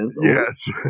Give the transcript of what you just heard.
Yes